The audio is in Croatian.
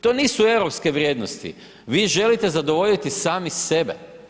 To nisu europske vrijednosti, vi želite zadovoljiti sami sebe.